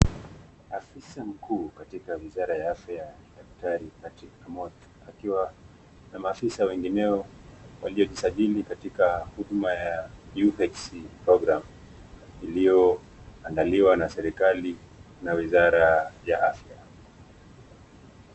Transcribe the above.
Afisa mkuu katika wizara ya afya daktari Patrick Kamotho, akiwa na afisa wengineo waliojisajili katika huduma ya UHC program iliyoandaliwa na serekali na wizara ya afya.